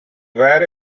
where